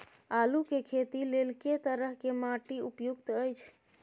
आलू के खेती लेल के तरह के माटी उपयुक्त अछि?